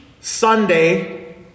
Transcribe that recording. Sunday